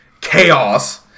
Chaos